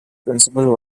principal